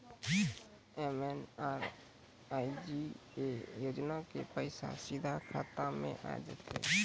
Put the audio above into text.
MNREGA योजना के पैसा सीधा खाता मे आ जाते?